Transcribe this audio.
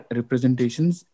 representations